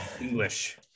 english